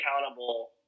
accountable